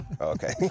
Okay